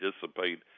dissipate